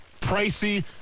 pricey